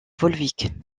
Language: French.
volvic